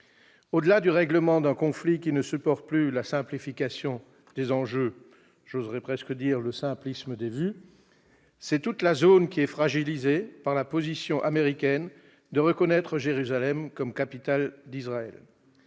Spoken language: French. Au-delà du règlement d'un conflit qui ne supporte pas la simplification des enjeux- j'oserais dire, le simplisme des vues -, c'est toute la zone qui est fragilisée par la position américaine de reconnaître Jérusalem comme capitale d'Israël.